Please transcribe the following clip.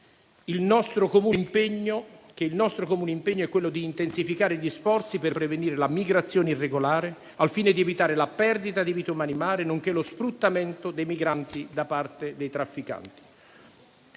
il nostro comune impegno è quello di intensificare gli sforzi per prevenire la migrazione irregolare, al fine di evitare la perdita di vite umane in mare, nonché lo sfruttamento dei migranti da parte dei trafficanti.